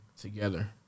together